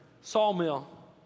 sawmill